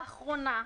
לאחרונה,